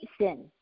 sin